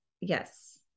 Yes